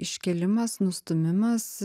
iškėlimas nustūmimas